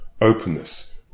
openness